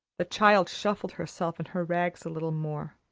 the child shuffled herself and her rags a little more.